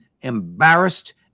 embarrassed